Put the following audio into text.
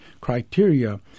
criteria